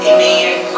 Amen